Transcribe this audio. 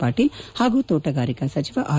ಪಾಟೀಲ್ ಹಾಗೂ ತೋಟಗಾರಿಕಾ ಸಚಿವ ಆರ್